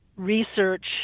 Research